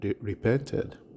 repented